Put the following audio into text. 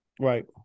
right